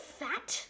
fat